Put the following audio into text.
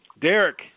Derek